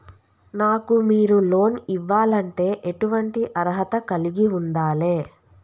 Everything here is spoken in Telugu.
నాకు మీరు లోన్ ఇవ్వాలంటే ఎటువంటి అర్హత కలిగి వుండాలే?